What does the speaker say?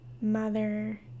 Mother